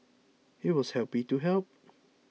he was happy to help